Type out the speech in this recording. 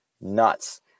nuts